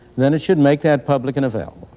then it should make that public and available.